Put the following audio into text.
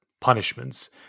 punishments